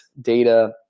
data